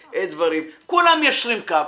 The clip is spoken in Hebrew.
כולם מיישרים קו,